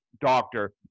doctor